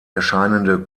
erscheinende